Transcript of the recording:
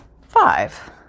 five